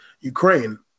Ukraine